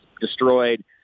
destroyed